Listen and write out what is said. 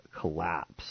collapse